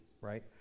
right